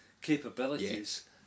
capabilities